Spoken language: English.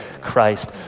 Christ